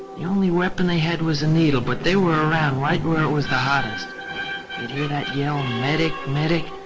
the only weapon they had was a needle but they were around right where it was the hottest. you'd hear that yell, medic! medic!